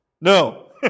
No